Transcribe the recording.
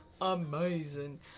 amazing